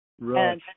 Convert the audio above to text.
Right